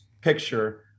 picture